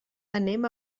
anem